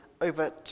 over